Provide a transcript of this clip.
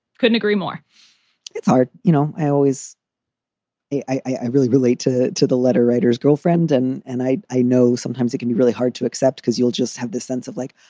couldn't agree more it's hard, you know, i always i really relate to to the letter writers girlfriend, and and i i know sometimes it can be really hard to accept because you'll just have this sense of, like,